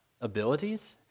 abilities